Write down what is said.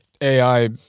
AI